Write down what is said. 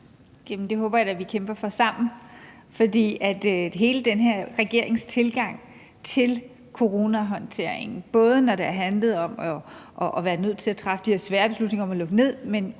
det håber jeg da vi kæmper for sammen. For hele den her regerings tilgang til coronahåndteringen, både når det har handlet om at være nødt til at træffe de her svære beslutninger om at lukke ned,